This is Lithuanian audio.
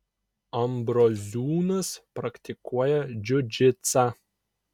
ambroziūnas praktikuoja džiudžitsą